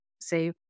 say